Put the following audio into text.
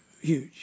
huge